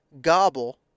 gobble